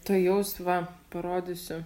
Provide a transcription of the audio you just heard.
tuojaus va parodysiu